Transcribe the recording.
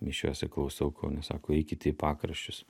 mišiose klausau kaune sako eikite į pakraščius